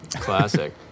classic